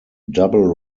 double